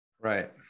Right